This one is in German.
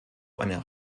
einer